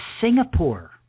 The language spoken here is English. Singapore